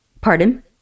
Pardon